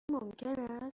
ممکن